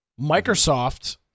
Microsoft